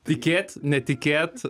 tikėt netikėt